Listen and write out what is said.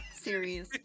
series